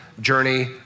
journey